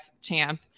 champ